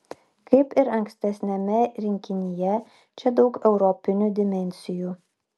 kaip ir ankstesniame rinkinyje čia daug europinių dimensijų